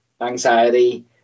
anxiety